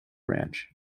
branch